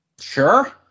Sure